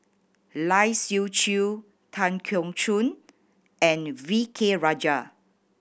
Lai Siu Chiu Tan Keong Choon and V K Rajah